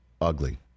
ugly